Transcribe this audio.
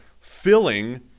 filling